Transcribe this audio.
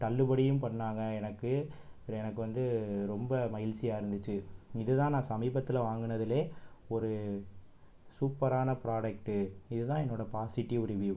தள்ளுபடியும் பண்ணாங்க எனக்கு எனக்கு வந்து ரொம்ப மகிழ்ச்சியாக இருந்துச்சு இதுதான் நான் சமீபத்தில் வாங்குனதுலேயே ஒரு சூப்பரான ப்ராடக்ட்டு இதுதான் என்னோடய பாசிட்டிவ் ரிவீவ்